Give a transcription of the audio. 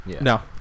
No